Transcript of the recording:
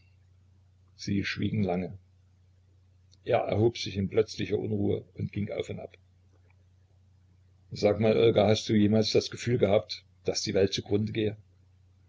sie schwiegen lange er erhob sich in plötzlicher unruhe und ging auf und ab sag mal olga hast du jemals das gefühl gehabt daß die welt zu grunde gehe